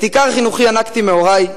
את עיקר חינוכי ינקתי מהורי,